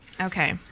Okay